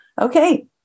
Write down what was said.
Okay